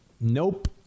nope